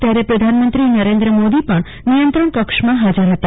ત્યારે પ્રધાનમંત્રી નરેન્દ્ર મોદી પણ નિયંત્રણ કક્ષમાં ફાજર ફતા